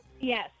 Yes